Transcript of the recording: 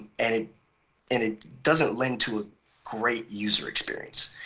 and it and it doesn't lend to great user experience.